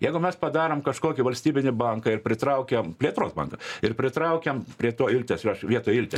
jeigu mes padarom kažkokį valstybinį banką ir pritraukiam plėtros banką ir pritraukiam prie to iltes aš vietoje iltes